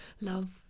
love